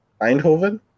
Eindhoven